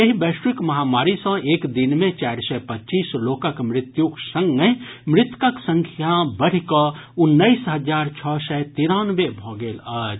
एहि वैश्विक महामारी सँ एक दिन मे चारि सय पच्चीस लोकक मृत्युक संगहि मृतकक संख्या बढ़ि कऽ उन्नैस हजार छओ सय तिरानवे भऽ गेल अछि